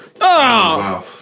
Wow